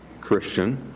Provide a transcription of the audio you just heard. Christian